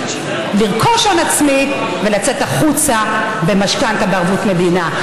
לרכוש הון עצמי ולצאת החוצה במשכנתה בערבות מדינה.